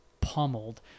pummeled